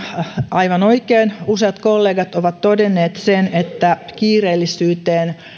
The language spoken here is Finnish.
aivan oikein useat kollegat ovat todenneet sen että kiireellisyyteen